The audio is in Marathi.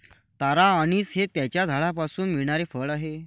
तारा अंनिस हे त्याच्या झाडापासून मिळणारे फळ आहे